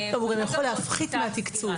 הוא יכול גם להפחית מהתקצוב,